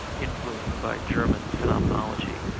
influenced by german phenomenology.